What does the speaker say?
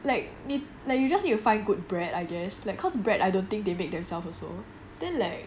like 你 like you just need to find good bread I guess like cause bread I don't think they make themselves also then like